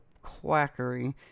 quackery